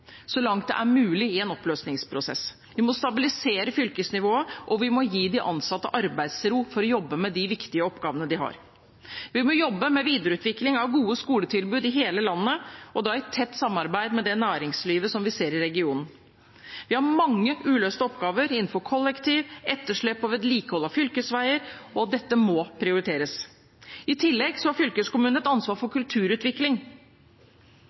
så langt det er mulig i en oppløsningsprosess. Vi må stabilisere fylkesnivået, og vi må gi de ansatte arbeidsro for å jobbe med de viktige oppgavene de har. Vi må jobbe med videreutvikling av gode skoletilbud i hele landet, og da i tett samarbeid med det næringslivet vi ser i regionen. Vi har mange uløste oppgaver innenfor kollektiv, etterslep på vedlikehold av fylkesveier, og dette må prioriteres. I tillegg har fylkeskommunen et ansvar for